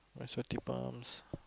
also depends